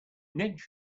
net